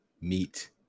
meet